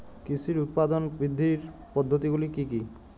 কৃষির উৎপাদন বৃদ্ধির পদ্ধতিগুলি কী কী?